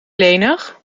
lenig